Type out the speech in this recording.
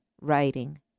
writing